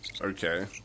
okay